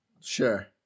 Sure